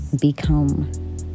become